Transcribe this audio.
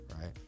right